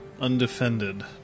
undefended